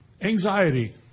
Anxiety